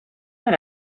rid